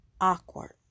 awkward